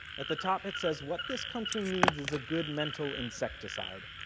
at the top it says, what this country needs is a good mental insecticide.